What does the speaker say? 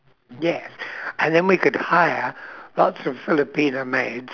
yes and then we could hire lots of filipino maids